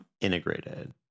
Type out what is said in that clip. integrated